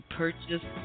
purchase